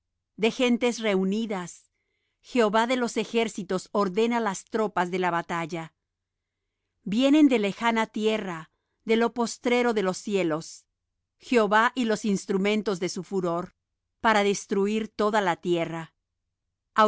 de gentes reunidas jehová de los ejércitos ordena las tropas de la batalla vienen de lejana tierra de lo postrero de los cielos jehová y los instrumentos de su furor para destruir toda la tierra